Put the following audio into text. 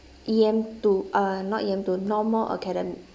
E_M two uh not E_M two normal academic